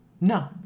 No